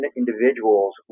individuals